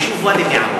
היישוב ואדי-אל-נעם.